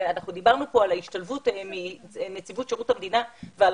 דיברנו כאן על ההשתלבות בנציבות שירות המדינה ועל